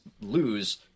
lose